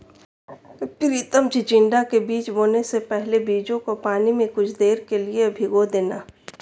प्रितम चिचिण्डा के बीज बोने से पहले बीजों को पानी में कुछ देर के लिए भिगो देना